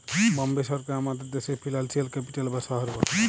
বম্বে শহরকে আমাদের দ্যাশের ফিল্যালসিয়াল ক্যাপিটাল বা শহর ব্যলে